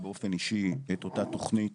לא בכולם,